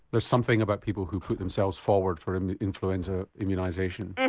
there's something about people who put themselves forward for influenza immunisation? and